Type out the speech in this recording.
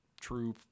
true